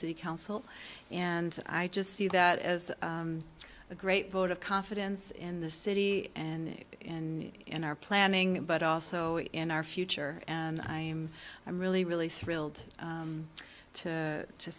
city council and i just see that as a great vote of confidence in this city and in in our planning but also in our future and i'm i'm really really thrilled